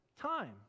time